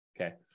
Okay